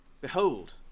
Behold